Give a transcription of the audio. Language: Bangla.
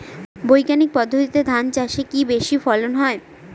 বৈজ্ঞানিক পদ্ধতিতে ধান চাষে কি বেশী ফলন হয়?